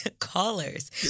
callers